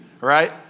right